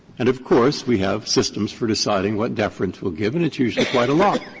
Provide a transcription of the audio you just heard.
and, of course, we have systems for deciding what deference we'll give and it's usually quite a lot.